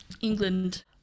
England